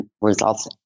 results